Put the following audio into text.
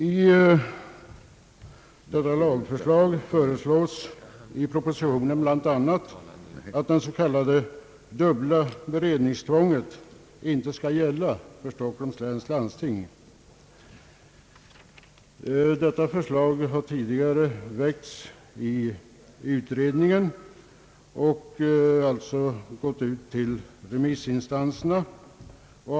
I lagförslaget i propositionen föreslås bl.a. att det s.k. dubbla beredningstvånget inte skall gälla för Stockholms läns landsting. Detta förslag har tidigare väckts i utredningen och alltså gått ut till remissinstanserna.